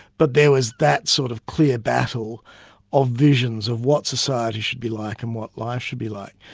but there was that sort of clear battle of visions of what society should be like and what life should be like.